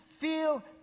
feel